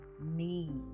need